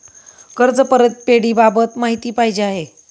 कर्ज परतफेडीबाबत माहिती पाहिजे आहे